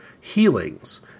healings